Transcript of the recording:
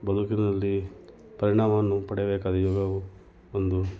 ಬದುಕಿನಲ್ಲಿ ಪರಿಣಾಮವನ್ನು ಪಡೆಯಬೇಕಾದ ಯೋಗವು ಒಂದು